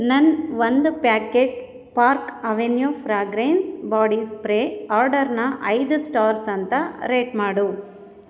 ನನ್ನ ಒಂದು packet Park Avenue fragrance body spray ಆರ್ಡರ್ನ ಐದು ಸ್ಟಾರ್ಸ್ ಅಂತ ರೇಟ್ ಮಾಡು